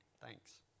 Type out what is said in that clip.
Thanks